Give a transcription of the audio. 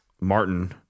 Martin